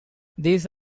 these